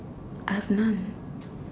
I've none